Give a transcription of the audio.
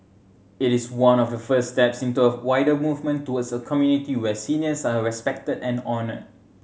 it is one of the first steps into a wider movement towards a community where seniors are respected and honoured